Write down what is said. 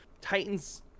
titans